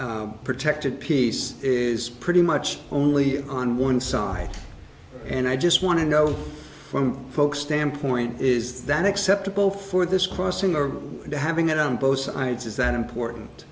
pedestrian protected piece is pretty much only on one side and i just want to know from folks standpoint is that acceptable for this crossing or having it on both sides is that important